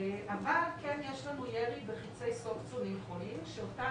אבל כן יש לנו ירי בחיצי סוקצינילכולין שאותה